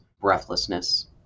breathlessness